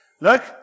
Look